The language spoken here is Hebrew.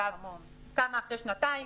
כמה אחרי שנתיים,